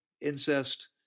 incest